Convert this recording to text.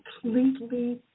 completely